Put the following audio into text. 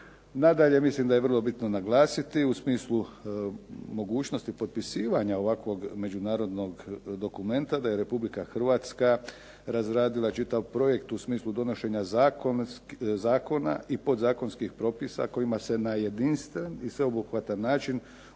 Nadalje mislim da je vrlo bitno naglasiti u smislu mogućnosti potpisivanja ovakvog međunarodnog dokumenta, da je Republika Hrvatska razradila čitav projekt u smislu donošenja zakona i podzakonskih propisa kojima se na jedinstven i sveobuhvatan način